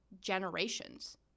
generations